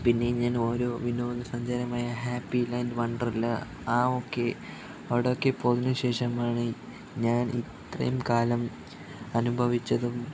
പിന്നെ ഞാൻ ഓരോ വിനോദസഞ്ചാരമായ ഹാപ്പി ലാൻഡ് വണ്ടർലാ ആ ഒക്കെ അവിടെ ഒക്കെ പോയതിന് ശേഷം ആണ് ഞാൻ ഇത്രയും കാലം അനുഭവിച്ചതും